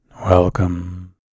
Welcome